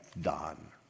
done